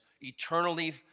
eternally